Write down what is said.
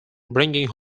bringing